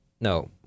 No